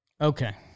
Okay